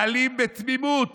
מעלים בתמימות